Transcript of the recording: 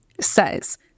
says